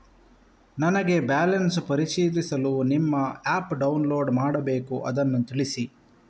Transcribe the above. ನನಗೆ ಬ್ಯಾಲೆನ್ಸ್ ಪರಿಶೀಲಿಸಲು ನಿಮ್ಮ ಆ್ಯಪ್ ಡೌನ್ಲೋಡ್ ಮಾಡಬೇಕು ಅದನ್ನು ತಿಳಿಸಿ?